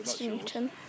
Newton